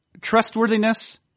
trustworthiness